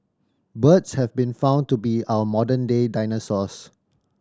birds have been found to be our modern day dinosaurs